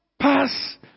pass